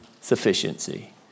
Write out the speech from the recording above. sufficiency